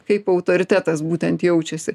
kaip autoritetas būtent jaučiasi